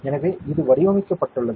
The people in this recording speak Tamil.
எனவே இது வடிவமைக்கப்பட்டுள்ளது